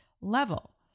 level